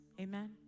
Amen